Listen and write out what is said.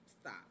Stop